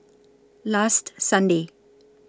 last Sunday